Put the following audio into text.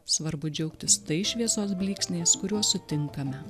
svarbu džiaugtis tai šviesos blyksniais kuriuos sutinkame